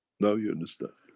now you understand